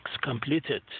completed